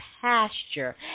pasture